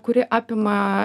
kuri apima